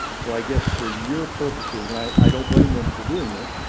so i guess, for your purposes and i don't blame them for doing this